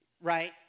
right